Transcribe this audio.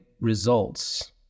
results